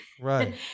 right